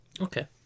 Okay